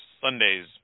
Sunday's